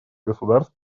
государств